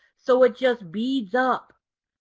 so it just beads up.